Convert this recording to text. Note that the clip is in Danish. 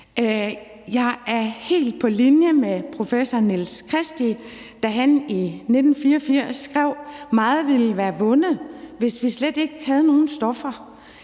Jeg er helt på linje med professor Nils Christie, som i 1984 skrev: Meget ville være vundet, hvis vi slet ikke havde nogen stoffer